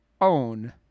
own